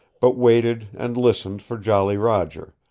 but waited and listened for jolly roger,